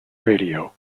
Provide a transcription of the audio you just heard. radio